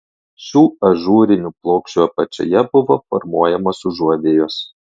šių ažūrinių plokščių apačioje buvo formuojamos užuovėjos